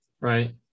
right